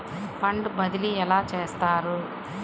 Fund బదిలీ ఎలా చేస్తారు?